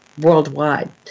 worldwide